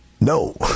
no